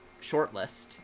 shortlist